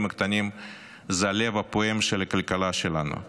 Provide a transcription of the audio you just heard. הקטנים זה הלב הפועם של הכלכלה שלנו.